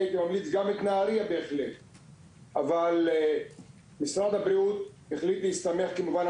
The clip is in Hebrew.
זה אסור על פי ההוראות הבין-לאומיות